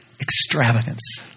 extravagance